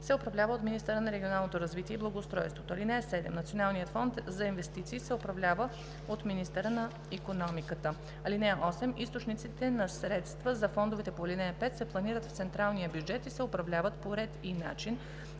се управлява от министъра на регионалното развитие и благоустройството. (7) Националният Фонд за инвестиции се управлява от министъра на икономиката. (8) Източниците на средства за фондовете по ал. 5 се планират в централния бюджет и се управляват по ред и начин